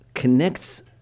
connects